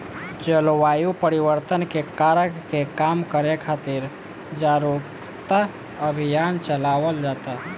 जलवायु परिवर्तन के कारक के कम करे खातिर जारुकता अभियान चलावल जाता